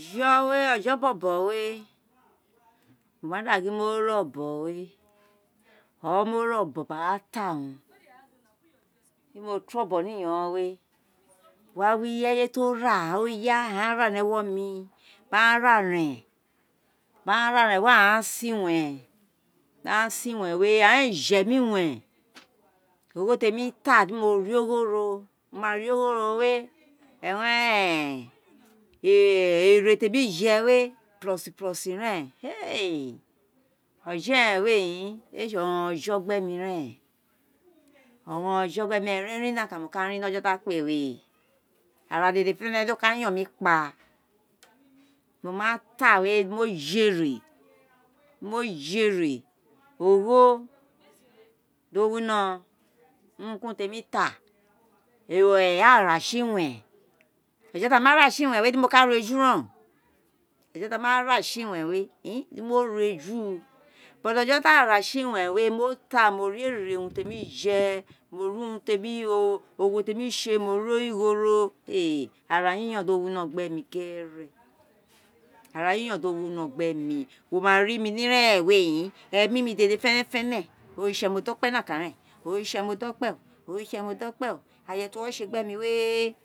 Ojo we̍, ojo bobo wé, mo ma da gin mo ré obon wé, or mo ré ọbọn gbara ta urun bi mo to ọbọn ni iyonghon wé, wa hi ireyé ti ora aghan ya ni ewo mi ba aghanra ren were aghan sanl wen aghan san iwen wé a ghan éè je mi iwen ogho ti emi ta di mo ri ogho ro, mo ma ri ogho ro wé ené ti émi jẹ wé pọsi pọsi rẹn ọjọ wé, ọrọnrọn ojọ gbẹ mi ren, oron ron ọjọ erin nokan mo ka rin ni ojọ ti akpé wé, ara dede fenefene di oka yon kpa, momata wé, di mo je éré, mo jéré ogho do wino, urun ki yrun ti émi ta, aghan ra si iwen, ọjọ ti ama ra si iwen di mo ka ro eju reno, ojo ti a wa ra si iwen di mo ro eju, but ojo ti aghan éè ra si koen wé, mo ta mo ri ere urun ti emi jẹ mo ri urun té mi témi sé, mo ri origho ro aratiyon do homo gbe mi gerere arayiyon do wino gbe mi, wo ma ri mi ni ira eren wé emi dédé fẹnẹfẹne irutse mo da okpẹ nokan ren oritsẹ mo da ọkpẹ o oritsẹ mo da okpe ayẹ ti wo sé gbẹ nif wé